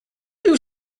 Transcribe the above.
you